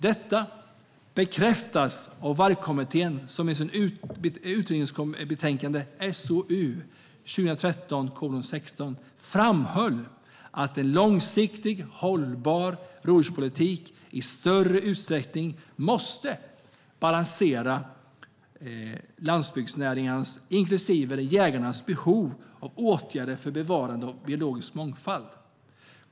Detta bekräftas av Vargkommittén, som i sitt utredningsbetänkande SOU 2013:60 framhöll att en långsiktigt hållbar rovdjurspolitik i större utsträckning måste balansera landsbygdsnäringarnas, inklusive jägarnas, behov och åtgärder för bevarandet av biologisk mångfald.